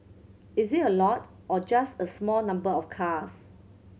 is it a lot or just a small number of cars